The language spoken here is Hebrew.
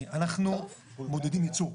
אנחנו מודדים ייצור.